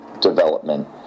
development